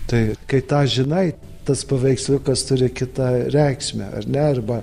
tai kai tą žinai tas paveiksliukas turi kitą reikšmę ar ne arba